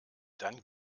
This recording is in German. dann